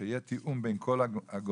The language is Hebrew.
שיהיה תאום בין כל הגורמים,